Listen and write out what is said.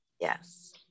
Yes